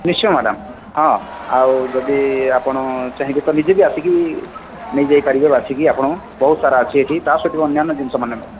ନିଶ୍ଚୟ ମ୍ୟାଡ଼ାମ ହଁ ଆଉ ଯଦି ଆପଣ ଚାହିଁବେ ତ ନିଜେ ବି ଆସିକି ନେଇ ଯାଇପାରିବେ ବାଛିକି ଆପଣ ବହୁତ ସାରା ଅଛି ଏଠି ତା ସହିତ ଅନ୍ୟାନ ଜିନିଷମାନେ